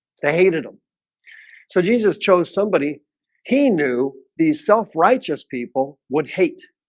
they hated him so jesus chose somebody he knew these self-righteous people would hate